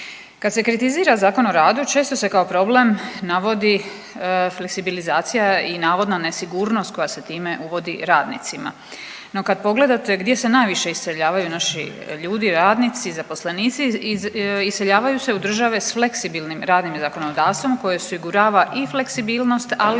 Kad se kritizira Zakon o radu često se kao problem navodi fleksibilizacija i navodna nesigurnost koja se time uvodi radnicima. No kad pogledate gdje se najviše iseljavaju naši ljudi, radnici, zaposlenici, iseljavaju se u države s fleksibilnim radnim zakonodavstvom koje osigurava i fleksibilnost, ali i